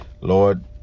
Lord